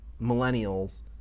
millennials